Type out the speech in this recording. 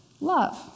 love